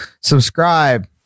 subscribe